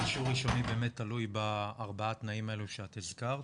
אישור ראשוני באמת תלוי בארבעת התנאים האלה שאת הזכרת.